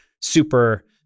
super